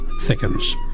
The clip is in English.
thickens